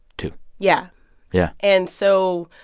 two yeah yeah and so,